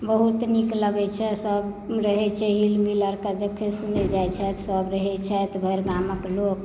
बहुत नीक लगै छै सब रहै छै हिल मिल कऽ देखै सुनै जाइत छथि सब रहै छथि भरि गामक लोक